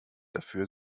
dafür